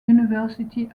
university